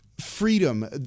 freedom